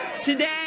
Today